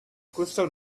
crystal